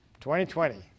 2020